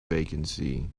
vacancy